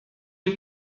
you